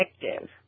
effective